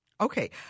Okay